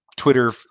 Twitter